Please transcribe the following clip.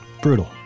Brutal